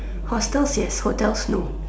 hostels yes hotels no